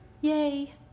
Yay